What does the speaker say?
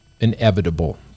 inevitable